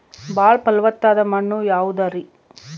ಬಾಳ ಫಲವತ್ತಾದ ಮಣ್ಣು ಯಾವುದರಿ?